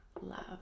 love